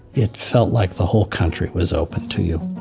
it felt like the whole country was open to you